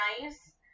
nice